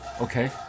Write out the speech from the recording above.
Okay